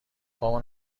پامو